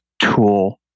tool